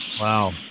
Wow